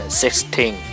sixteen